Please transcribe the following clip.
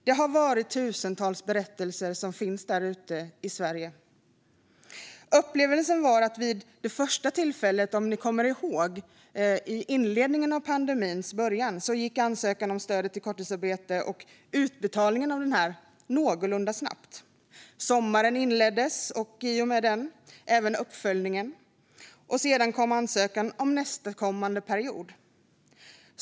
Det finns tusentals företagare i Sverige som kan dela med sig av sina berättelser. I början av pandemin gick ansökan om stödet till korttidsarbete och utbetalningen av detta någorlunda snabbt. Så kom sommaren, och i och med den även uppföljningen, och sedan blev det dags att ansöka om stöd för nästkommande period.